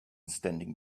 standing